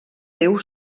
déu